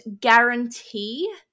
guarantee